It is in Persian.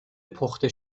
پخته